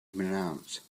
pronounce